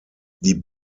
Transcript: die